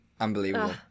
unbelievable